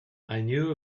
knew